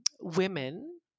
Women